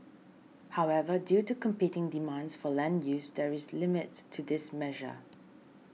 however due to competing demands for land use there is a limits to this measure